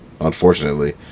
Unfortunately